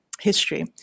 history